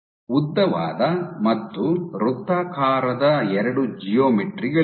ಉದ್ದವಾದ ಮತ್ತು ವೃತ್ತಾಕಾರದ ಎರಡು ಜಿಯೋಮೆಟ್ರಿ ಗಳಿವೆ